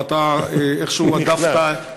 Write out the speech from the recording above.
אבל אתה איכשהו הדפת.